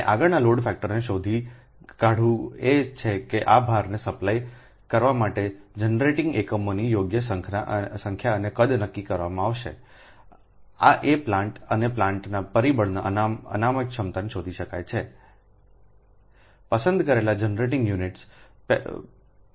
અને આગળના લોડ ફેક્ટરને શોધી કાવું એ છે કે આ ભારને સપ્લાય કરવા માટે જનરેટિંગ એકમોની યોગ્ય સંખ્યા અને કદ નક્કી કરવામાં આવશે એ પ્લાન્ટ અને પ્લાન્ટના પરિબળની અનામત ક્ષમતા શોધી શકાય છે અને પસંદ કરેલા જનરેટિંગ યુનિટ્સનું